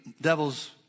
devil's